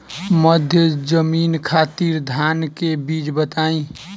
मध्य जमीन खातिर धान के बीज बताई?